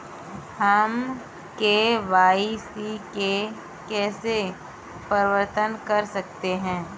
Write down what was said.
हम के.वाई.सी में कैसे परिवर्तन कर सकते हैं?